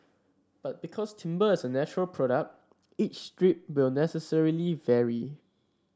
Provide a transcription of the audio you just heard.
but because timber is a natural product each strip will necessarily vary